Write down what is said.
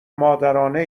مادرانه